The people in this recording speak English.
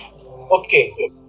okay